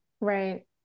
right